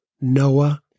Noah